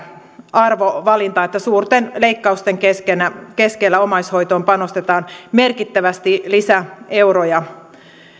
arvovalinta että suurten leikkausten keskellä omaishoitoon panostetaan merkittävästi lisäeuroja